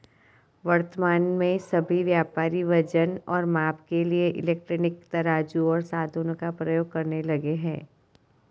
वर्तमान में सभी व्यापारी वजन और माप के लिए इलेक्ट्रॉनिक तराजू ओर साधनों का प्रयोग करने लगे हैं